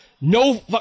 No